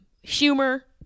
humor